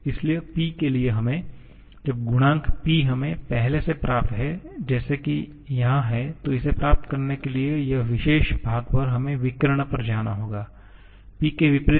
इसलिए P के लिए हमें जब गुणांक P हमें पहले से प्राप्त है जैसे की यहाँ है तो इसे प्राप्त करने के लिए यह विशेष भाग पर हमें विकर्ण पर जाना होगा P के विपरीत v है